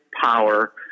power